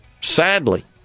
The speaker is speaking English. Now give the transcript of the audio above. sadly